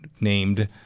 named